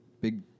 big